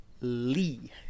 Lee